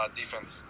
defense